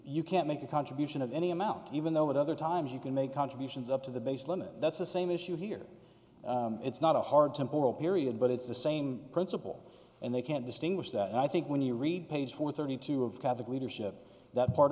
you can't make a contribution of any amount even though at other times you can make contributions up to the base limit that's the same issue here it's not a hard to period but it's the same principle and they can't distinguish that and i think when you read page one thirty two of catholic leadership that part